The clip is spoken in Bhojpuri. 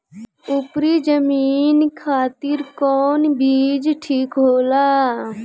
उपरी जमीन खातिर कौन बीज ठीक होला?